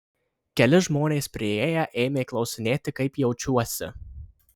keli žmonės priėję ėmė klausinėti kaip jaučiuosi